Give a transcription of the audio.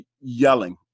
yelling